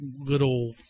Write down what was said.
little